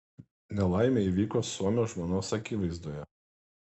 nelaimė įvyko suomio žmonos akivaizdoje